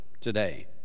today